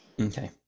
Okay